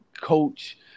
coach